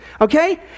okay